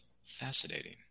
fascinating